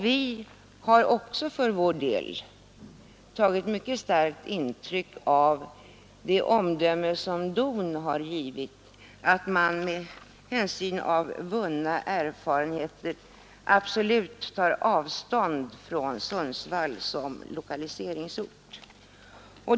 Vi har också för vår del fäst mycket starkt avseende vid det omdöme som DON givit att man med hänsyn till vunna erfarenheter absolut tar avstånd från Sundsvall som lokaliseringsort.